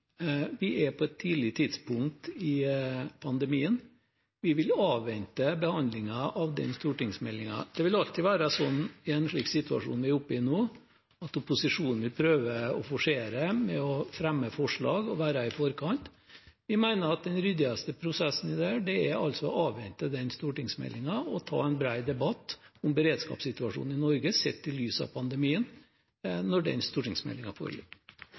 Vi er på et tidlig tidspunkt i pandemien. Vi vil avvente behandlingen av den stortingsmeldingen. Det vil alltid være slik i en situasjon som den vi er oppe i nå, at opposisjonen vil prøve å forsere og fremme forslag og være i forkant. Vi mener at den mest ryddige prosessen i dag er å avvente stortingsmeldingen og ta en bred debatt om beredskapssituasjonen i Norge sett i lys av pandemien, når den stortingsmeldingen foreligger.